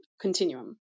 continuum